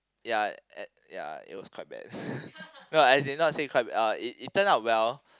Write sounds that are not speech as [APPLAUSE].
ya uh ya it was quite bad [LAUGHS] no as in not say quite bad uh it turned out well